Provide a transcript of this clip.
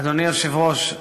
אדוני היושב-ראש,